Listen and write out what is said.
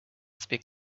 speak